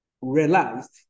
realized